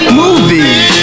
movies